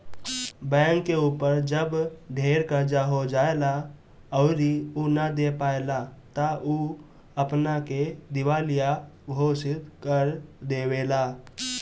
bank के ऊपर जब ढेर कर्जा हो जाएला अउरी उ ना दे पाएला त उ अपना के दिवालिया घोषित कर देवेला